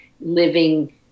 living